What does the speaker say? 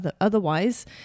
Otherwise